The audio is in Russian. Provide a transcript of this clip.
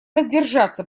воздержаться